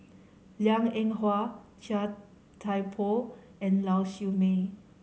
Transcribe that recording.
Liang Eng Hwa Chia Thye Poh and Lau Siew Mei